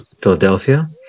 Philadelphia